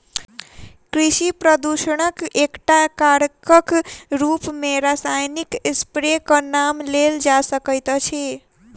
कृषि प्रदूषणक एकटा कारकक रूप मे रासायनिक स्प्रेक नाम लेल जा सकैत अछि